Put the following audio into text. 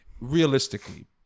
realistically